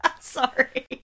Sorry